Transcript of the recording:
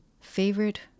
favorite